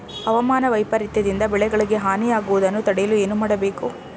ಹವಾಮಾನ ವೈಪರಿತ್ಯ ದಿಂದ ಬೆಳೆಗಳಿಗೆ ಹಾನಿ ಯಾಗುವುದನ್ನು ತಡೆಯಲು ಏನು ಮಾಡಬೇಕು?